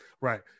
Right